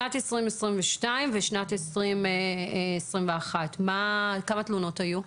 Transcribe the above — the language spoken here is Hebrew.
את שנת 2022 ואת שנת 2021. כמה תלונות היו?